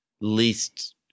least